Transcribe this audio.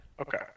Okay